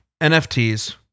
NFTs